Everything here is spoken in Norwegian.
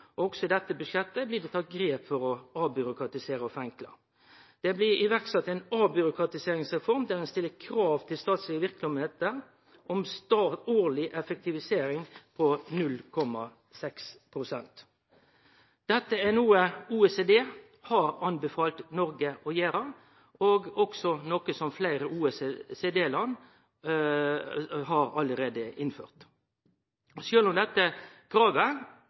på. Også i dette budsjettet blir det tatt grep for å avbyråkratisere og forenkle. Det blir sett i verk ei avbyråkratiseringsreform der ein stiller krav til statlege verksemder om ei årleg effektivisering på 0,6 pst. Dette er noko OECD har anbefalt Noreg å gjere, og det er også noko som fleire OECD-land allereie har innført. Sjølv om dette kravet